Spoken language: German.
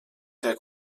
der